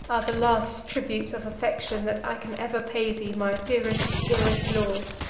are the last tributes of affection that i can ever pay thee, my dearest, dearest lord.